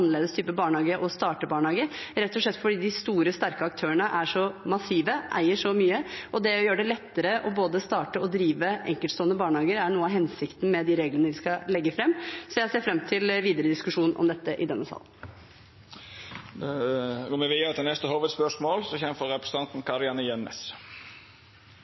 type barnehage, å starte barnehage, rett og slett fordi de store, sterke aktørene er så massive og eier så mye. Det å gjøre det lettere både å starte og drive enkeltstående barnehager, er noe av hensikten med de reglene vi skal legge fram. Jeg ser fram til videre diskusjon om dette i denne salen. Me går vidare til neste hovudspørsmål. Justisminister Mehl har nettopp fortalt at vi må lytte mindre til